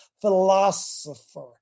philosopher